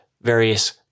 various